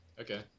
Okay